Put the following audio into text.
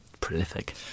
Prolific